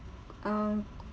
uh